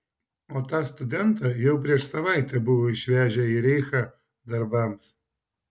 o tą studentą jau prieš savaitę buvo išvežę į reichą darbams